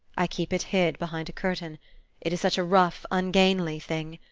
i keep it hid behind a curtain it is such a rough, ungainly thing.